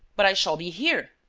but i shall be here.